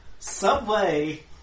Subway